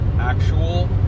actual